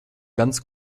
ganz